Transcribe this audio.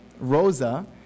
Rosa